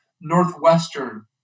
Northwestern